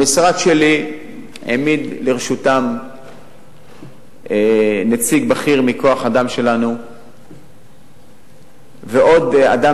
המשרד שלי העמיד לרשותם נציג בכיר מכוח-האדם שלנו ועוד אדם